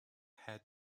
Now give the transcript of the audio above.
head